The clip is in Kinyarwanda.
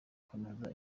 kunoza